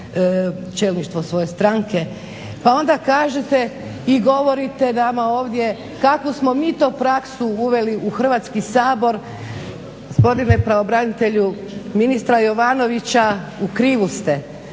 čelništvo svoje stranke. Pa onda kažete i govorite ovdje kakvu smo mi to praksu uveli u Hrvatski sabor gospodine pravobranitelju ministra Jovanovića u krivu ste.